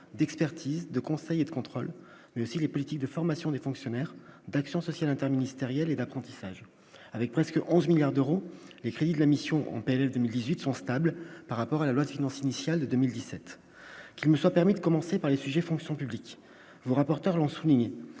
d'expertise, de conseil et de contrôle, mais aussi les politiques de formation des fonctionnaires d'Action Sociale interministériel et d'apprentissage avec presque 11 milliards d'euros, les crédits de la mission en péril 2018 sont stables par rapport à la loi de finances initiale de 2017 qu'il me soit permis de commencer par les sujets Fonction publique vous rapporteront souligne